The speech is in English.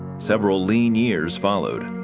several lean years followed.